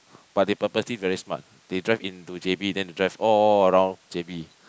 but they purposely very smart they drive into J_B then they drive all around J_B